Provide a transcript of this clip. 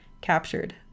Captured